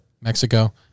Mexico